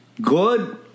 good